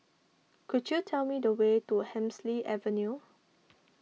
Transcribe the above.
could you tell me the way to Hemsley Avenue